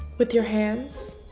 with your hands?